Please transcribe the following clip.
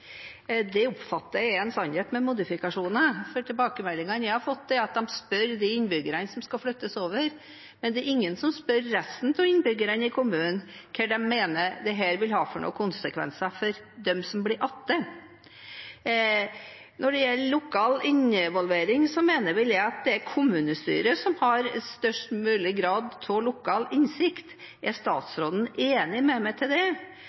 Det oppfatter jeg er en sannhet med modifikasjoner, for tilbakemeldingene jeg har fått, er at de spør de innbyggerne som skal flyttes over, men det er ingen som spør resten av innbyggerne i kommunen hvilke konsekvenser de mener dette vil ha for dem som blir igjen. Når det gjelder lokal involvering, mener jeg at det er kommunestyret som har størst mulig grad av lokal innsikt. Er statsråden enig med meg i det?